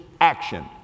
action